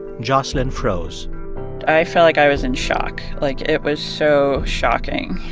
jocelyn froze i felt like i was in shock. like, it was so shocking.